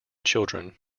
children